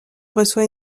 reçoit